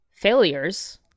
failures